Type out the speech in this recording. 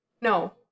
No